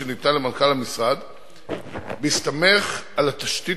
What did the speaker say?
שניתנה למנכ"ל המשרד בהסתמך על התשתית